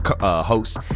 host